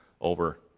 over